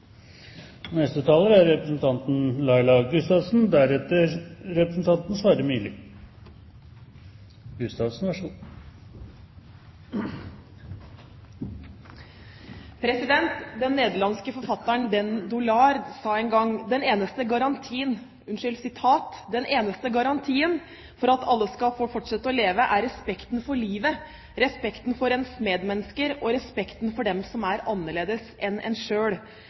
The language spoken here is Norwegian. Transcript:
Den nederlandske forfatteren den Doolard sa en gang: «Den eneste garantien for at alle skal få fortsette å leve, er respekten for livet, respekten for ens medmennesker, og respekten for dem som er annerledes enn en